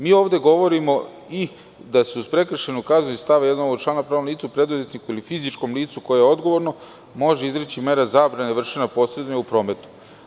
Mi ovde govorimo i da se - uz prekršajnu kaznu iz stava 1. ovog člana, pravnom licu, preduzetniku ili fizičkom licu, se može izrećii mera zabrane vršenja posredovanja u prometu.